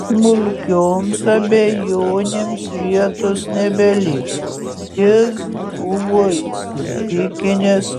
smulkioms abejonėms vietos nebeliko jis buvo įsitikinęs